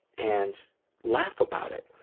and laugh about it.